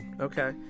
Okay